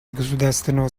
государственного